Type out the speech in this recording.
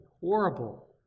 horrible